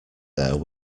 there